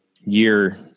year